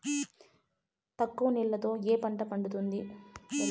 తక్కువ నీళ్లతో ఏ పంట పండుతుంది?